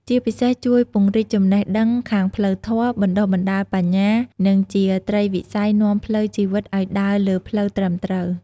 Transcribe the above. ជាពិសេសជួយពង្រីកចំណេះដឹងខាងផ្លូវធម៌ បណ្ដុះបណ្ដាលបញ្ញា និងជាត្រីវិស័យនាំផ្លូវជីវិតឱ្យដើរលើផ្លូវត្រឹមត្រូវ។